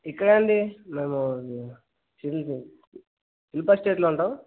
ఇక్కడ అండి మేము శిల్ప శిల్ప స్ట్రీట్లో ఉంటాం